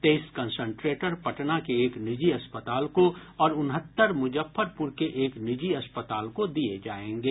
तेईस कन्संट्रेटर पटना के एक निजी अस्पताल को और उनहत्तर मुजफ्फरपुर के एक निजी अस्पताल को दिए जाएंगे